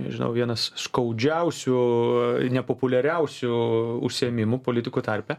žinau vienas skaudžiausių nepopuliariausių užsiėmimų politikų tarpe